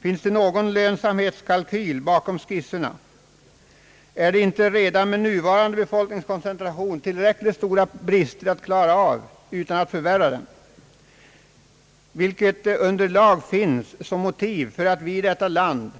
Finns det någon lönsamhetskalkyl bakom skisserna? Är det inte redan med nuvarande befolkningskoncentration tillräckligt med stora brister att klara av, utan att förvärra den? Vilket underlag finns som motiv för att vi i detta land